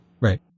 Right